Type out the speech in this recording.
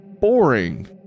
boring